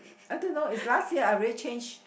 I don't know is last year I really change